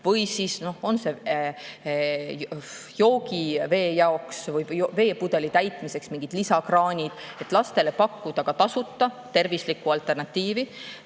või näiteks joogivee jaoks, veepudeli täitmiseks lisakraanid, et lastele pakkuda ka tasuta tervislikku alternatiivi.